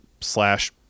slash